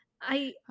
I-